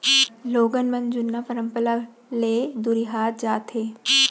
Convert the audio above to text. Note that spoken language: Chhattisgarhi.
लोगन मन जुन्ना परंपरा ले दुरिहात जात हें